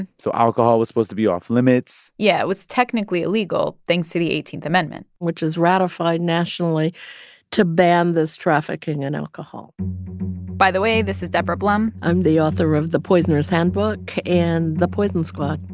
and so alcohol was supposed to be off-limits yeah, it was technically illegal, thanks to the eighteenth amendment which was ratified nationally to ban this trafficking in alcohol by the way, this is deborah blum i'm the author of the poisoner's handbook and the poison squad.